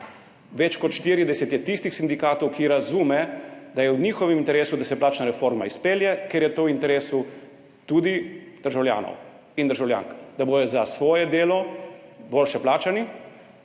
več kot 40 je tistih sindikatov, ki razumejo, da je v njihovem interesu, da se plačna reforma izpelje, ker je to tudi v interesu državljanov in državljank, da bodo za svoje delo boljše plačani,